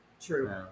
true